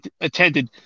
attended